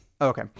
okay